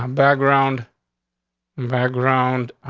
um background background,